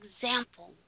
example